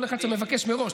כל אחד שם מבקש מראש.